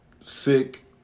sick